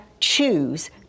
choose